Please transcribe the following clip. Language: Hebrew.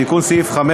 תיקון סעיף 5: